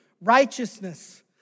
righteousness